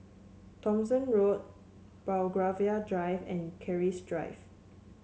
Thomson Road Belgravia Drive and Keris Drive